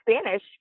Spanish